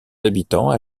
habitants